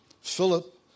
Philip